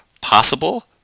possible